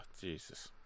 Jesus